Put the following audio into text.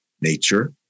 nature